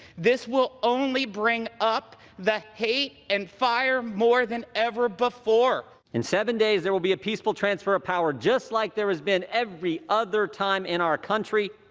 this will only bring up the hate and fire more than ever before. in seven days, there will be a peaceful transfer of power, just like there has been every other time in our country.